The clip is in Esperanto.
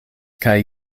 kaj